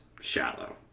Shallow